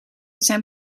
zijn